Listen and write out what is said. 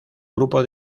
grupo